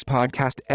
Podcast